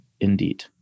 indeed